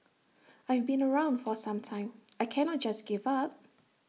I've been around for some time I cannot just give up